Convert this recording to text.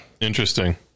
Interesting